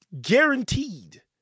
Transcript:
guaranteed